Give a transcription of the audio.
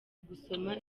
gusoma